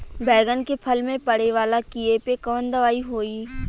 बैगन के फल में पड़े वाला कियेपे कवन दवाई होई?